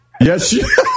Yes